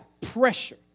pressure